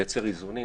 לייצר איזונים.